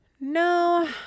No